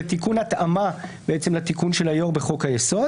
זה תיקון התאמה לתיקון של היושב-ראש בחוק-היסוד.